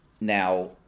Now